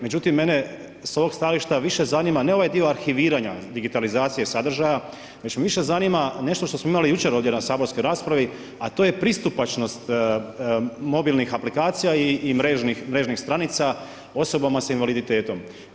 Međutim, mene s ovog stajališta više zanima, ne ovaj dio arhiviranje digitalizacije sadržaja, već me više zanima, nešto što smo imali jučer ovdje na saborskoj raspravi, a to je pristupačnost mobilnih aplikacija i mrežnih stranica osoba s invaliditetom.